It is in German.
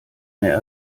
mehr